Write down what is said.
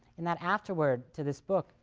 in that afterword to this book,